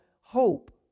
hope